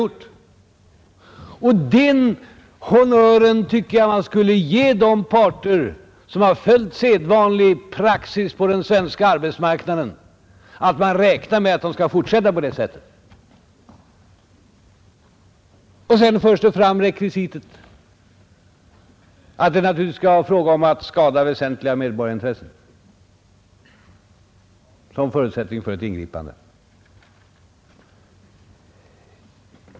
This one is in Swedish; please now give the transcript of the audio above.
Och den honnören tycker jag man skulle ge de parter som har följt sedvanlig praxis på den svenska arbetsmarknaden, att man räknar med att de skall fortsätta på det sättet. Så för man fram rekvisitet att det naturligtvis skall vara fråga om att allvarliga samhällsintressen skadas innan ett ingripande sker.